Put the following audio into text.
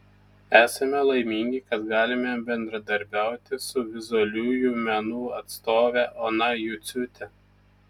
esame laimingi kad galime bendradarbiauti su vizualiųjų menų atstove ona juciūte